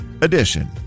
edition